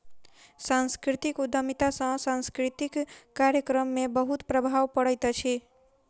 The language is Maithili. सांस्कृतिक उद्यमिता सॅ सांस्कृतिक कार्यक्रम में बहुत प्रभाव पड़ैत अछि